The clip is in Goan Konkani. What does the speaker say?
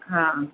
हां